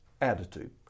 Attitude